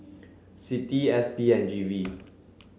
CITI S P and G V